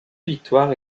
victoires